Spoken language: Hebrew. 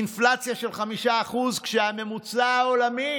אינפלציה של 5%, כשהממוצע העולמי,